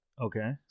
Okay